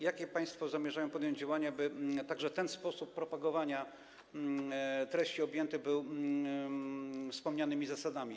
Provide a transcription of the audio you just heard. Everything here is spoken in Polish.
Jakie państwo zamierzają podjąć działania, by także ten sposób propagowania treści objęty był wspomnianymi zasadami?